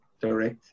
direct